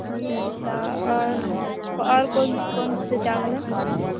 अच्छा और और कौन कौन से चावल है